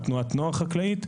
תנועת נוער חקלאית.